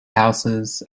houses